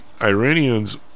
Iranians